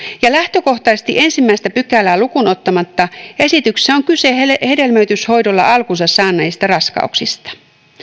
ja lähtökohtaisesti ensimmäistä pykälää lukuun ottamatta esityksessä on kyse hedelmöityshoidolla alkunsa saaneista raskauksista